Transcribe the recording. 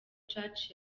church